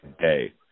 day